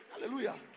Hallelujah